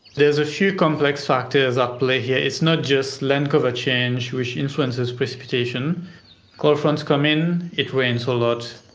there's a few complex factors at play here. it's not just land-cover change which influences precipitation cold fronts come in, it rains a lot.